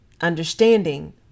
Understanding